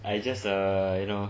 I just uh you know